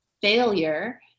failure